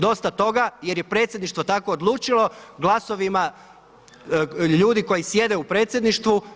Dosta toga jer je predsjedništvo tako odlučilo glasovima ljudi koji sjede u predsjedništvu.